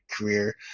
career